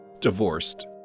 divorced